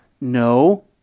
no